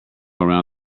around